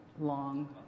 long